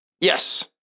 Yes